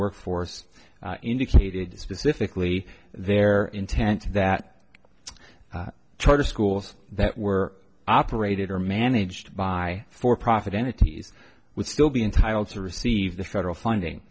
workforce indicated specifically their intent that charter schools that were operated or managed by for profit entities would still be entitled to receive the federal